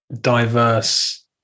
diverse